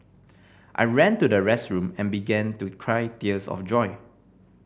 I ran to the restroom and began to cry tears of joy